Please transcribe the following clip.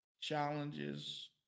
challenges